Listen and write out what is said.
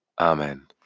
Amen